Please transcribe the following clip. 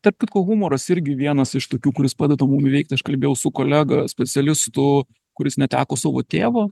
tarp kitko humoras irgi vienas iš tokių kuris padeda mum įveikt aš kalbėjau su kolega specialistu kuris neteko savo tėvo